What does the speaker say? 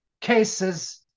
cases